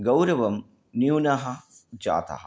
गौरवं न्यूनः जातः